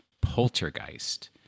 Poltergeist